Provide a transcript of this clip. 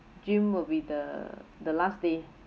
gym will be the the last day